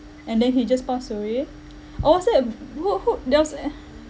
and then he just passed away oh was that who who there was eh